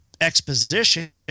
exposition